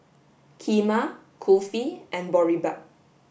Kheema Kulfi and Boribap